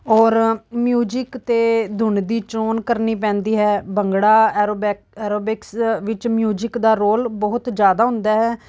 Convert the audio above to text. ਔਰ ਮਿਊਜਿਕ ਅਤੇ ਧੁਨ ਦੀ ਚੋਣ ਕਰਨੀ ਪੈਂਦੀ ਹੈ ਭੰਗੜਾ ਐਰੋਬਿਕ ਐਰੋਬਿਕਸ ਵਿੱਚ ਮਿਊਜਿਕ ਦਾ ਰੋਲ ਬਹੁਤ ਜ਼ਿਆਦਾ ਹੁੰਦਾ ਹੈ